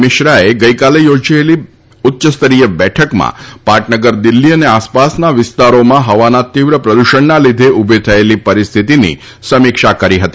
મિશ્રાએ ગઈકાલે યોજેલી ઉચ્યસ્તરીય બેઠકમાં પાટનગર દિલ્હી અને આસપાસના વિસ્તારોમાં હવાના તિવ્ર પ્રદૂષણના લીધે ઉભી થયેલી પરિસ્થિતિની સમીક્ષા કરી હતી